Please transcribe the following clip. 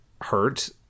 hurt